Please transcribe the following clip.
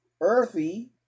earthy